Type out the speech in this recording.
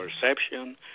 perception